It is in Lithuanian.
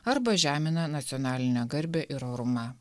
arba žemina nacionalinę garbę ir orumą